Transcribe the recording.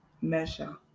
measure